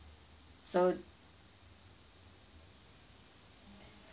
so